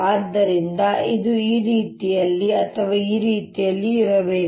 ಆದ್ದರಿಂದ ಇದು ಈ ರೀತಿಯಲ್ಲಿ ಅಥವಾ ಈ ರೀತಿಯಲ್ಲಿ ಇರಬೇಕು